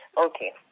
Okay